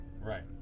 Right